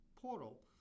portal